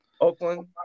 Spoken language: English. Oakland